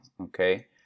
okay